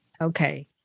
Okay